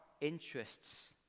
interests